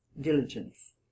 diligence